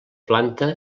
planta